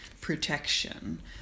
protection